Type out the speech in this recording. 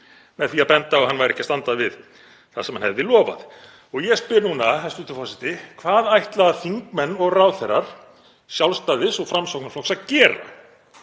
með því að benda á að hann væri ekki að standa við það sem hann hefði lofað. Og ég spyr núna, hæstv. forseti: Hvað ætla þingmenn og ráðherrar Sjálfstæðis- og Framsóknarflokks að gera?